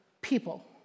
people